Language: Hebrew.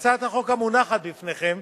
בהצעת החוק המונחת בפניכם